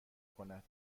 کند